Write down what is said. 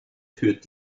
führt